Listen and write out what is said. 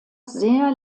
sehr